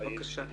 בבקשה.